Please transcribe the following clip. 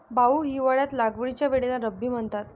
भाऊ, हिवाळ्यात लागवडीच्या वेळेला रब्बी म्हणतात